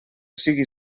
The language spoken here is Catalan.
sigui